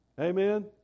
Amen